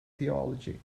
theology